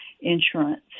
insurance